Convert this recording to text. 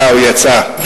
הוא יצא.